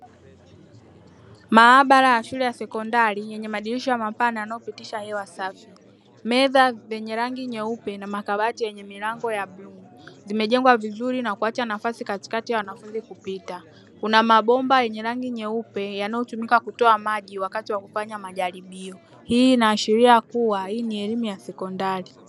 Maabara ya shule ya sekondari yenye madirisha mapana yanayo pitisha hewa safi meza zenye rangi nyeupe na makabati yenye milango ya bluu zimejengwa vizuri na kuacha nafasi katikati ya wanafunzi kupita kuna mabomba yenye rangi nyeupe yanayo tumika kutoa maji wakati wa kufanya majaribio hii inaashiria kuwa hii ni elimu ya sekondari.